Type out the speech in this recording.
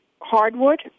hardwood